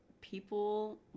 people